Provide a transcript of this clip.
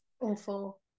Awful